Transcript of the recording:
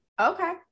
Okay